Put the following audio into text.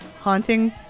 haunting